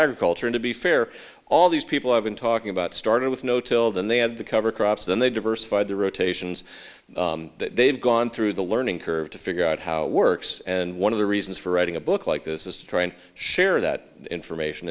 agriculture and to be fair all these people have been talking about started with no till then they had to cover crops then they diversified the rotations they've gone through the learning curve to figure out how it works and one of the reasons for writing a book like this is to try and share that information